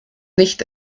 nicht